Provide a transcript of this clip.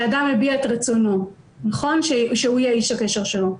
שאדם הביע את רצונו שהוא יהיה איש הקשר שלו.